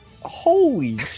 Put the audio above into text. holy